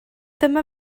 dyma